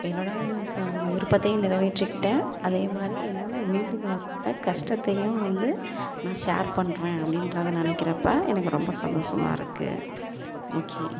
என்னோடய ச விருப்பத்தையும் நிறைவேற்றிக்கிட்டேன் அதே மாதிரி என்னோடய வீட்டுக்காரோடய கஷ்டத்தையும் வந்து நான் ஷேர் பண்ணுறேன் அப்படின்றது நினைக்கிறப்ப எனக்கு ரொம்ப சந்தோஷமாக இருக்குது ஓகே